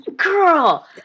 Girl